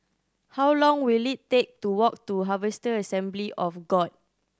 how long will it take to walk to Harvester Assembly of God